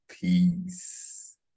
peace